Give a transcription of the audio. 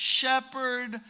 shepherd